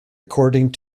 according